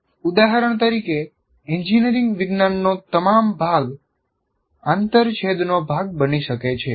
ઉદાહરણ તરીકે એન્જિનિયરિંગ વિજ્ઞાનનો તમામ ભાગ આંતરછેદનો ભાગ બની શકે છે